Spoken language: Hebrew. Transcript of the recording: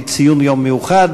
היא ציון יום מיוחד,